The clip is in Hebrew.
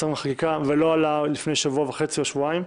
שרים לחקיקה ולא עלה לפני שבוע וחצי או שבועיים,